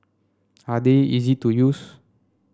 are they easy to use